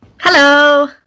Hello